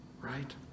right